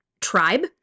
tribe